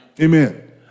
Amen